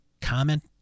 Comment